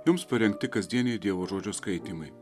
jums parengti kasdieniai dievo žodžio skaitymai